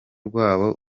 rwabo